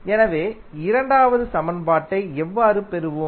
எனவே இரண்டாவது சமன்பாட்டை எவ்வாறு பெறுவோம்